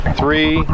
three